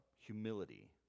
humility